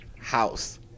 house